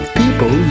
people